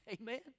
Amen